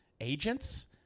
Agents